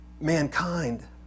mankind